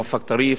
מואפק טריף,